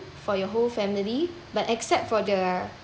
for your whole family but except for the